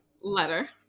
letter